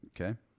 Okay